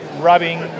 rubbing